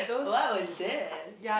what was this